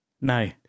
No